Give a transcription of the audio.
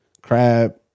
crab